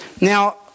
Now